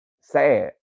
sad